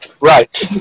Right